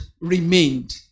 remained